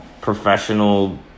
professional